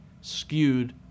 skewed